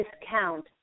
discount